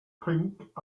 pink